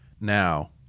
Now